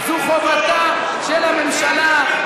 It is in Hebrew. זו חובתה של הממשלה,